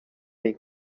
bem